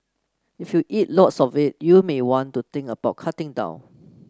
if you eat lots of it you may want to think about cutting down